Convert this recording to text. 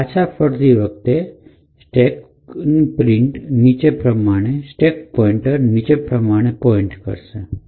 અને પાછા ફરતી વખતે state પ્રિન્ટર નીચે પ્રમાણે પોઇન્ટ કરશે